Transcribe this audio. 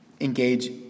engage